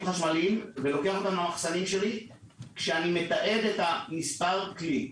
חשמליים ולוקח למחסנים שלי כשאני מתעד את מספר הכלי,